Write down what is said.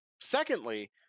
secondly